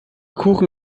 kuchen